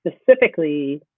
specifically